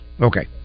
Okay